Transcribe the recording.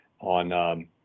on